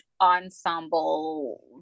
ensemble